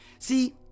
See